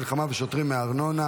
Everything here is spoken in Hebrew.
נפגעי מלחמה ושוטרים מארנונה),